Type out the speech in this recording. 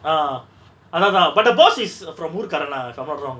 ah அதா அதா:atha atha but the boss is a from ஊர்காரனா:oorkaaranaa from not wrong